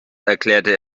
erklärte